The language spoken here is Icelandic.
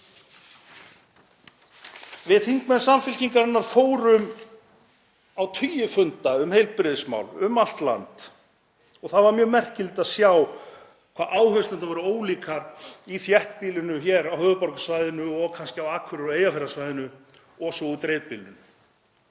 Við þingmenn Samfylkingarinnar fórum á tugi funda um heilbrigðismál um allt land og það var mjög merkilegt að sjá hvað áherslurnar voru ólíkar í þéttbýlinu, hér á höfuðborgarsvæðinu og kannski á Akureyri og Eyjafjarðarsvæðinu, og svo í dreifbýlinu.